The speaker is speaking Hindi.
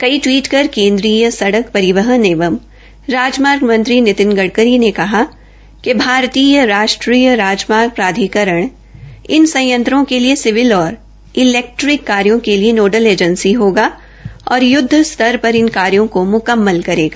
कई टवीट कर केन्द्रीय सड़क परिवहन एवं राजमार्ग मंत्री नितिन गड़करी ने कहा कि भारतीय राष्ट्रीय राजमार्ग प्राधिकरण इन संयंत्रों के लिए सिविल और इलैक्ट्रिकल कार्यो के लिए नोडल एजेंसी होगी ओर युद्ध स्तर पर इन कार्यो को मुकम्मल करेगा